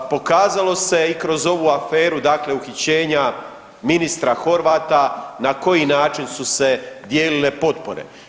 Pokazalo se i kroz ovu aferu dakle uhićenja ministra Horvata na koji način su se dijelile potpore.